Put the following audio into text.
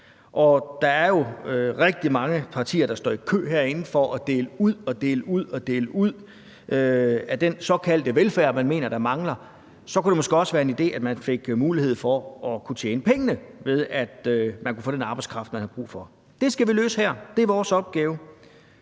rigtig mange partier, der står i kø for at dele ud og dele ud til den såkaldte velfærd, man mener mangler. Så kunne det måske også være en idé, at man fik mulighed for at tjene pengene, ved at man kan få den arbejdskraft, man har brug for. Det skal vi løse. Det er vores opgave.